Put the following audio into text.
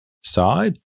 side